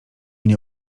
nie